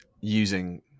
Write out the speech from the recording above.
using